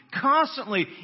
constantly